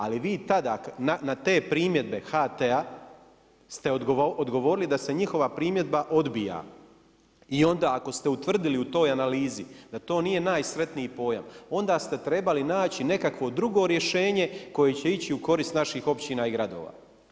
Ali vi tada, na te primjedbe HT-a ste odgovorili sa se njihova primjedba odbija i onda ako ste utvrdili u toj analizi da to nije najsretniji pojam, onda ste trebali naći nekakvo drugo rješenje koje će ići u korist naših općina i gradova.